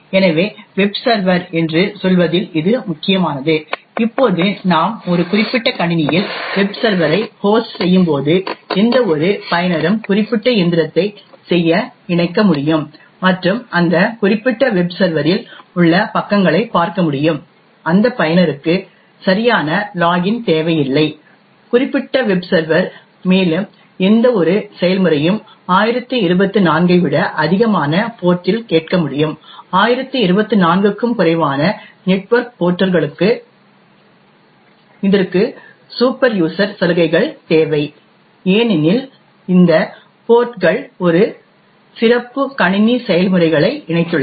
எனவே வெப்சர்வர்ஸ் என்று சொல்வதில் இது முக்கியமானது இப்போது நாம் ஒரு குறிப்பிட்ட கணினியில் வெப்சர்வரை ஹோஸ்ட் செய்யும் போது எந்தவொரு பயனரும் குறிப்பிட்ட இயந்திரத்தை செய்ய இணைக்க முடியும் மற்றும் அந்த குறிப்பிட்ட வெப்சர்வரில் உள்ள பக்கங்களைப் பார்க்க முடியும் அந்த பயனருக்கு சரியான லாகின் தேவையில்லை குறிப்பிட்ட வெப்சர்வர்ஸ் மேலும் எந்தவொரு செயல்முறையும் 1024 ஐ விட அதிகமான போர்ட் இல் கேட்க முடியும் 1024 க்கும் குறைவான நெட்வொர்க் போர்ட்களுக்கு இதற்கு சூப்பர் யூசர் சலுகைகள் தேவை ஏனெனில் இந்த போர்ட்கள் ஒரு சிறப்பு கணினி செயல்முறைகளை இணைத்துள்ளன